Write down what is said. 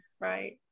Right